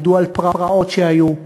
ידעו על פרעות שהיו,